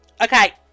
Okay